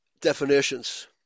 definitions